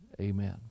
amen